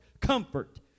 comfort